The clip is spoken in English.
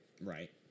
Right